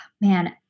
Man